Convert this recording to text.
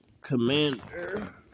Commander